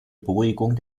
beruhigung